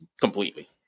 completely